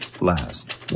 last